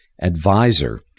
advisor